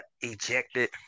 ejected